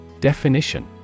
Definition